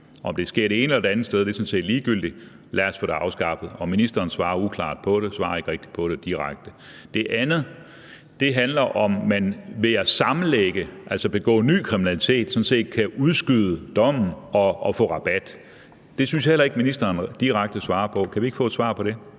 Om det sker det ene eller det andet sted, er sådan set ligegyldigt: Lad os få det afskaffet. Og ministeren svarer uklart på det, svarer ikke rigtig på det direkte. Det andet handler om, om man ved at sammenlægge, altså ved at begå ny kriminalitet, sådan set kan udskyde dommen og få rabat. Det synes jeg heller ikke ministeren direkte svarer på. Kan vi ikke få et svar på det?